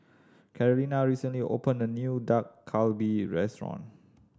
Carolina recently opened a new Dak Galbi Restaurant